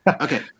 Okay